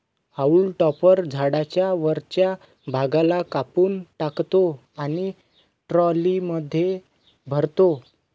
haulm topper झाडाच्या वरच्या भागाला कापून टाकतो आणि ट्रॉलीमध्ये भरतो